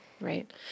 right